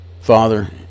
Father